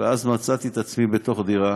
ואז מצאתי את עצמי בתוך דירה